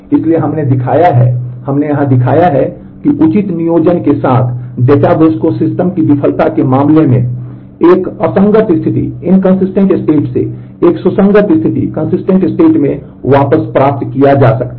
इसलिए हमने दिखाया है कि हमने यहां दिखाया है कि उचित नियोजन के साथ डेटाबेस को सिस्टम विफलता के मामले में एक असंगत स्थिति से एक सुसंगत स्थिति में वापस प्राप्त किया जा सकता है